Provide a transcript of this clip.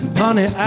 honey